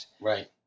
Right